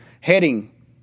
Heading